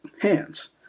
Hands